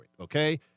okay